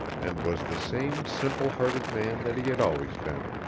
and was the same simple-hearted man that he had always been.